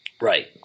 Right